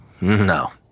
No